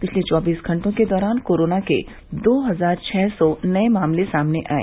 पिछले चौबीस घंटों के दौरान कोरोना के दो हजार छः सौ नये मामले सामने आये